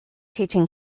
teaching